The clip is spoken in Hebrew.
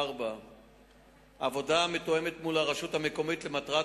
4. עבודה מתואמת עם הרשות המקומית לצורך